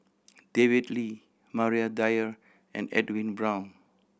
David Lee Maria Dyer and Edwin Brown